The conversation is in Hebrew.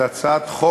ההצעה שעלתה